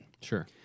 Sure